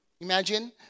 Imagine